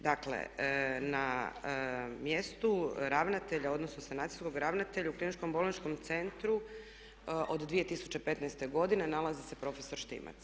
Dakle, na mjestu ravnatelja odnosno sanacijskog ravnatelja u Kliničkom bolničkom centru od 2015. godine nalazi se prof. Štimac.